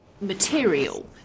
...material